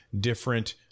different